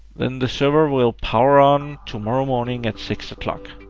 then the server will power on tomorrow morning at six o'clock.